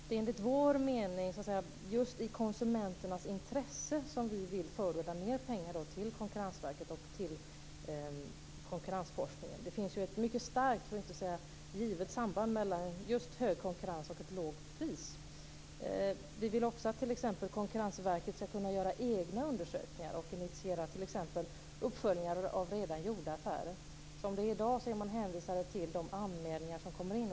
Det är just i konsumenternas intresse som vi vill förorda mer pengar till Konkurrensverket och till konkurrensforskningen. Det finns ett mycket starkt, för att inte säga givet, samband mellan hög konkurrens och ett lågt pris. Vi vill också att Konkurrensverket skall kunna göra egna undersökningar och initiera uppföljningar av redan gjorda affärer. Som det är i dag är de hänvisade till de anmälningar som kommer in.